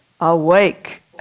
Awake